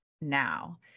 now